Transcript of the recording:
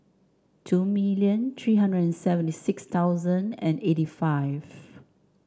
two million three hundred and seventy six thousand and eighty five